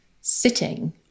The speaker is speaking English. sitting